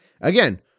Again